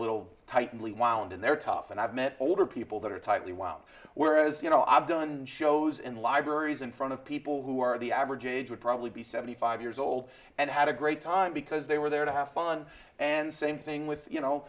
little tightly wound and they're tough and i've met older people that are tightly wound whereas you know i've done shows in libraries in front of people who are the average age would probably be seventy five years old and had a great time because they were there to have fun and same thing with you know